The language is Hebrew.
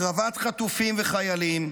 הקרבת חטופים וחיילים,